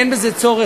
אין בזה צורך.